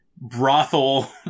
brothel